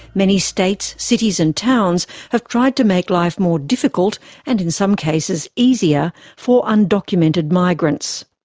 many states, cities and towns have tried to make life more difficult and in some cases, easier for undocumented migrants.